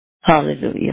Hallelujah